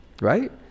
right